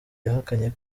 yahakanye